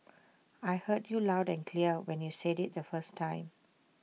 I heard you loud and clear when you said IT the first time